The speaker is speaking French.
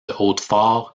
hautefort